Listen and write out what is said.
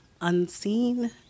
unseen